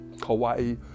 Hawaii